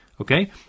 Okay